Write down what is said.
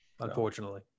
Unfortunately